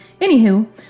Anywho